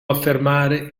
affermare